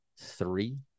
three